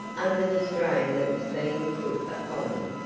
under the strain that was being put upon them.